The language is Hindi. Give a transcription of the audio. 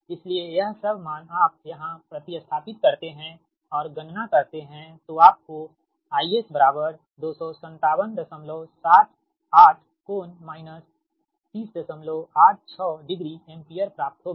इसलिए यह सब मान आप यहां प्रति स्थापित करते हैं और गणना करते हैं तो आपको IS बराबर 25778 कोण माइनस 3086 डिग्री एम्पीयर प्राप्त होगी